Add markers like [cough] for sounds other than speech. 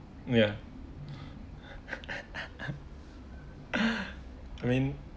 ya [laughs] I mean